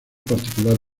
particular